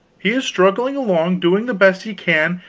he is struggling along, doing the best he can,